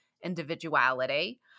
individuality